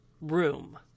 room